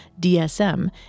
DSM